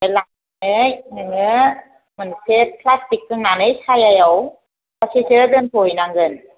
नोङो मोनसे प्लास्टिक खोंनानै सायहायाव सब्थासेसो दोन्थ' हैनांगोन